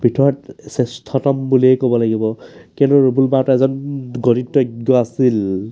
ভিতৰত শ্ৰেষ্ঠতম বুলিয়ে ক'ব লাগিব কিয়নো ৰুবুল মাউত এজন গণিতজ্ঞ আছিল